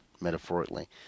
metaphorically